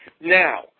Now